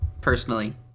personally